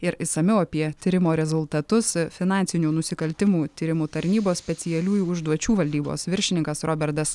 ir išsamiau apie tyrimo rezultatus finansinių nusikaltimų tyrimų tarnybos specialiųjų užduočių valdybos viršininkas roberdas